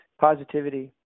positivity